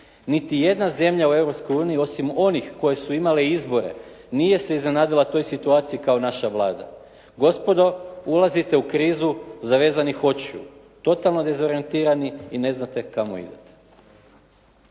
niti jedna zemlje u Europskoj uniji osim onih koje su imale izbore, nije se iznenadila toj situaciji kao naša Vlada. Gospodo ulazite u krizu zavezanih očiju. Totalno dezorijentirani i ne znate kamo idete.